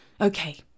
Okay